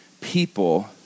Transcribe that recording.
people